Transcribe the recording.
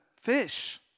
fish